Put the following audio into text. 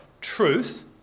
truth